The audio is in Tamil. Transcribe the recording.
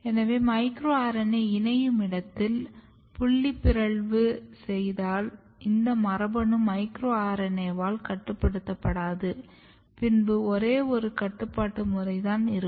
எனவே மைக்ரோ RNA இணையும் இடத்தில புள்ளி பிறழ்வு செய்தால் இந்த மரபணு மைக்ரோ RNA வால் கட்டுப்படுத்தப்படாது பின்பு ஒரே ஒரு கட்டுப்பாட்டு முறைதான் இருக்கும்